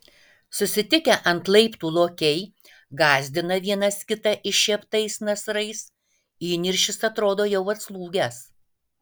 susitikę ant laiptų lokiai gąsdina vienas kitą iššieptais nasrais įniršis atrodo jau atslūgęs